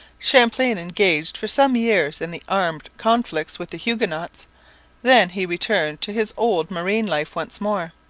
champlain engaged for some years in the armed conflicts with the huguenots then he returned to his old marine life once more.